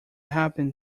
happen